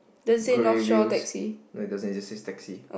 grey wheels like does is it a taxi